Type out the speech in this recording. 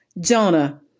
Jonah